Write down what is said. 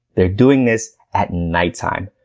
they're doing this at nighttime.